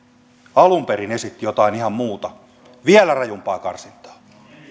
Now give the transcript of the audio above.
alun perin esitti jotain ihan muuta vielä rajumpaa karsintaa